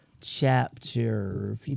chapter